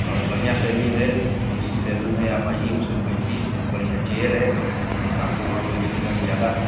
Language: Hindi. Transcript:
और बढ़िया सैलून है ए सी सैलून है आप आइए उसमें बैठिए बढ़िया चेयर है आपको वहाँ बैठने में भी ज़्यादा